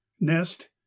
nest